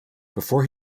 before